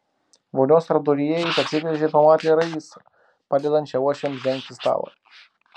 vonios tarpduryje jis atsigręžė ir pamatė raisą padedančią uošviams dengti stalą